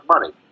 money